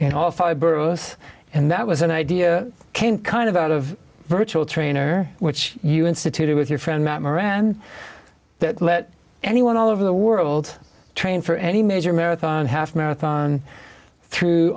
in all five boroughs and that was an idea came kind of out of virtual trainer which you instituted with your friend matt moran that let anyone all over the world train for any major marathon half marathon t